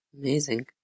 amazing